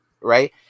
right